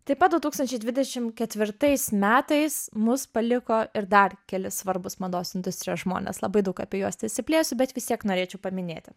taip pat du tūkstančiai dvidešim ketvirtais metais mus paliko ir dar keli svarbūs mados industrijos žmonės labai daug apie juos nesiplėsiu bet vis tiek norėčiau paminėti